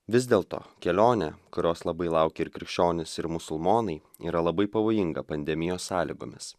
vis dėl to kelionė kurios labai laukė ir krikščionys ir musulmonai yra labai pavojinga pandemijos sąlygomis